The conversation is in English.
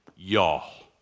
Y'all